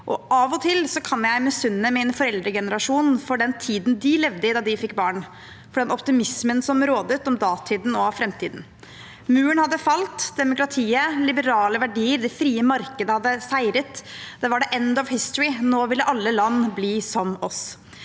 og av og til kan jeg misunne min foreldregenerasjon for den tiden de levde i da de fikk barn, for den optimismen som rådet om datiden og om framtiden: Muren hadde falt, og demokratiet, liberale verdier og det frie markedet hadde seiret. Det var «the end of history» – nå ville alle land bli som oss.